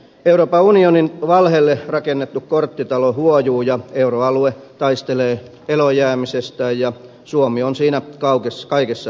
euroopan unionin valheelle rakennettu korttitalo huojuu ja euroalue taistelee eloonjäämisestään ja suomi on siinä kaikessa mukana